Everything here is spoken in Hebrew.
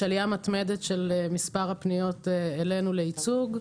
עלייה מתמדת של מספר הפניות אלינו לייצוג.